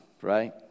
right